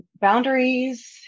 boundaries